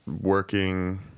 working